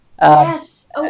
Yes